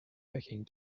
picking